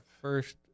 first